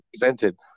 presented